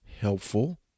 helpful